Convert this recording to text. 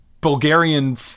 Bulgarian